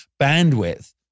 bandwidth